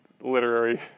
literary